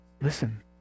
listen